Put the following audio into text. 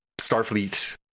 Starfleet